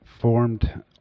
formed